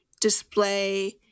display